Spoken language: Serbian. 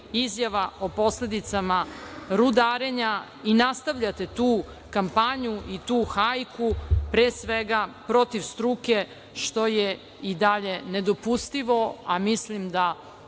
izjava o posledicama rudarenja. I, nastavljate tu kampanju i tu hajku, pre svega protiv struke, što je i dalje nedopustivo, a mislim da